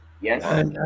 Yes